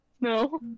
No